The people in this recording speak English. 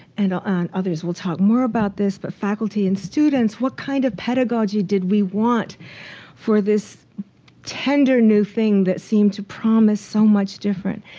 and and others will talk more about this. but faculty and students, what kind of pedagogy did we want for this tender new thing that seemed to promise so much different?